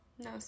No